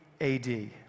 AD